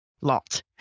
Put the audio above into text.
lot